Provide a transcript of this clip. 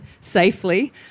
safely